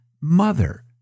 mother